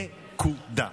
נקודה.